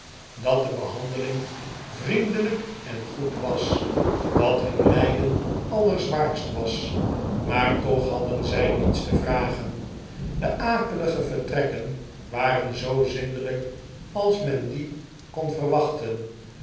dat de behandeling vriendelijk en goed was dat hun lijden allerzwaarst was maar toch hadden zij niets te vragen de akelige vertrekken waren zoo zindelijk als men die kon verwachten